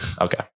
Okay